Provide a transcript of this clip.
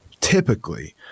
typically